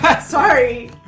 Sorry